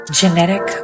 genetic